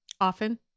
Often